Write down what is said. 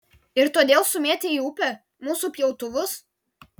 ir todėl sumėtei į upę mūsų pjautuvus